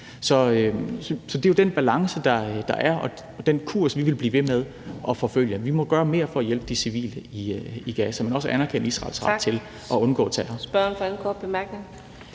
Så det er jo den balance, der er, og den kurs, vi vil blive ved med at forfølge: Vi må gøre mere for at hjælpe de civile i Gaza, men også anerkende Israels ret til at undgå terror.